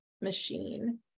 machine